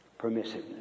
permissiveness